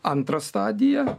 antrą stadiją